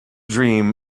dream